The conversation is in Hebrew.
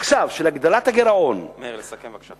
עכשיו של הגדלת הגירעון, מאיר, לסכם בבקשה.